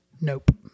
Nope